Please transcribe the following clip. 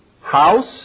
house